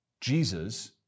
Jesus